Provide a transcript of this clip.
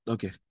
Okay